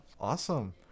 Awesome